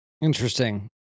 interesting